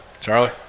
Charlie